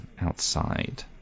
outside